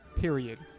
Period